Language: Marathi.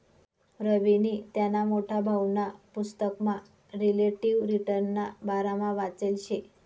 रवीनी त्याना मोठा भाऊना पुसतकमा रिलेटिव्ह रिटर्नना बारामा वाचेल शे